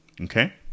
okay